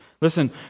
Listen